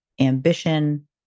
ambition